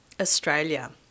Australia